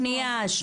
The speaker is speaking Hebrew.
שנייה.